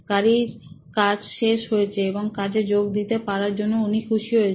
গাড়ির কাজ শেষ হয়েছে এবং কাজে যোগ দিতে পারার জন্য উনি খুশি হয়েছেন